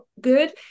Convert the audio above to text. good